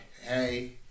hey